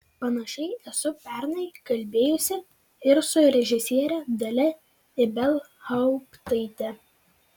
panašiai esu pernai kalbėjusi ir su režisiere dalia ibelhauptaite